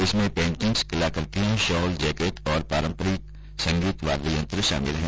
इनमें पेन्टिंग्स कलाकृतियां shawl jacket और पारंपरिक संगीत वाद्य यंत्र शामिल हैं